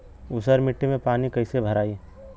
ऊसर मिट्टी में पानी कईसे भराई?